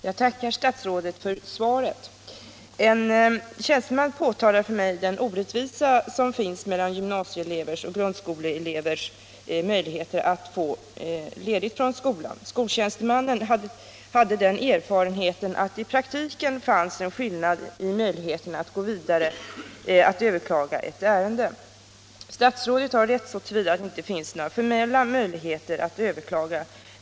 Herr talman! Jag tackar statsrådet för svaret. En tjänsteman påtalade för mig den orättvisa som finns mellan gymnasieelevers och grundskoleelevers möjligheter att få ledigt från skolan. Skoltjänstemannen hade den erfarenheten att det i praktiken fanns en skillnad i möjligheterna att gå vidare, att överklaga ett ärende. Statsrådet har rätt så till vida att det inte finns några formella möjligheter att överklaga.